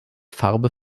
farbe